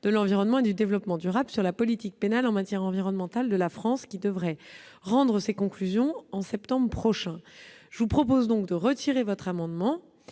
de l'environnement et du développement durable sur la politique pénale en matière environnementale de la France devrait rendre ses conclusions en septembre prochain. Dans ces conditions, monsieur